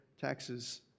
taxes